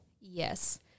yes